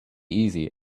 easy